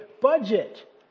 budget